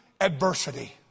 adversity